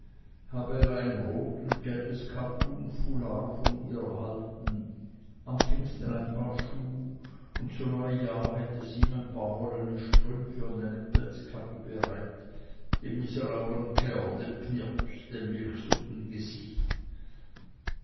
habe er ein rot und gelbes kattunfoulard von ihr erhalten auf pfingsten ein paar schuh und zu neujahr hätte sie ihm ein paar wollene strümpfe und eine pelzkappe bereit dem miserablen kerl dem knirps dem